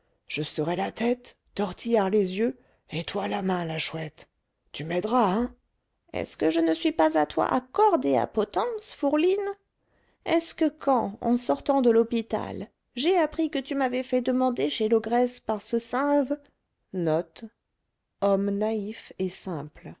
je serai la tête tortillard les yeux et toi la main la chouette tu m'aideras hein est-ce que je ne suis pas à toi à corde et à potence fourline est-ce que quand en sortant de l'hôpital j'ai appris que tu m'avais fait demander chez l'ogresse par ce sinve